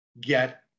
get